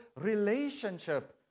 relationship